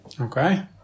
okay